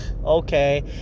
Okay